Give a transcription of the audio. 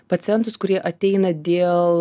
pacientus kurie ateina dėl